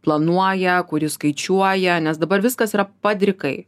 planuoja kuri skaičiuoja nes dabar viskas yra padrikai